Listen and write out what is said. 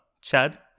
Chad